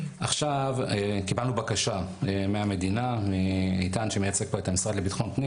אנחנו נצטרך את הסיוע של המדינה הן בהיבט של לקיחת אחריות פטור,